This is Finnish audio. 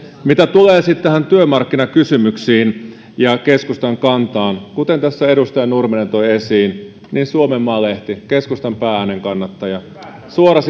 mitä tulee sitten työmarkkinakysymyksiin ja keskustan kantaan kuten tässä edustaja nurminen toi esiin niin suomenmaa lehti keskustan pää äänenkannattaja